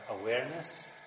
awareness